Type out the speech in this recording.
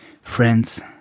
Friends